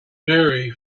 vary